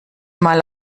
mal